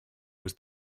was